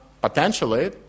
potentially